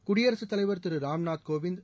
குடியரசுத்தலைவர் திரு ராம்நாத் கோவிந்த்